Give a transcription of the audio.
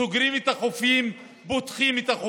סוגרים את החופים, פותחים את החופים.